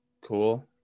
cool